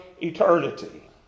eternity